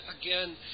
again